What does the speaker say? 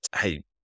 hey